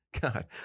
God